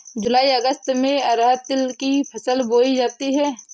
जूलाई अगस्त में अरहर तिल की फसल बोई जाती हैं